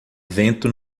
vento